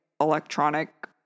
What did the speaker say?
electronic